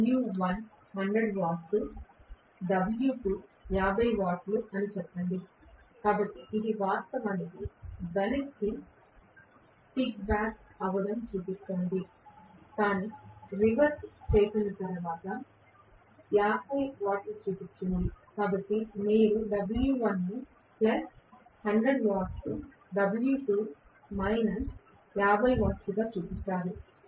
కాబట్టి W1 100 watts W2 minus 50 watts అని చెప్పండి కాబట్టి ఇది వాస్తవానికి వెనక్కి తన్నడం చూపిస్తోంది కాని రివర్స్ చేసిన తరువాత 50 వాట్స్ చూపించింది కాబట్టి మీరు W1 ను plus 100 watts W2 minus 50 watts గా చూపిస్తారు